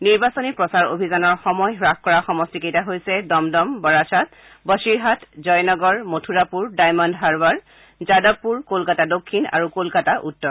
নিৰ্বাচনী প্ৰচাৰ অভিযানৰ সময় হাস কৰা সমষ্টিকেইটা হৈছে দমদম বৰাছাট বধিৰহাট জয়নগৰ মথুৰাপুৰ ডায়মণ্ড হাৰবাৰ যাদৱপুৰ কলকাতা দক্ষিণ আৰু কলকাতা উত্তৰ